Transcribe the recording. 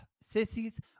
Sissies